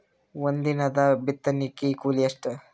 ಒಂದಿನದ ಬಿತ್ತಣಕಿ ಕೂಲಿ ಎಷ್ಟ?